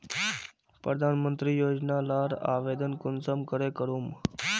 प्रधानमंत्री योजना लार आवेदन कुंसम करे करूम?